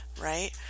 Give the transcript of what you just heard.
right